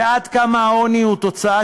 וכולנו יודעים עד כמה העוני הוא תוצאה